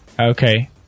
Okay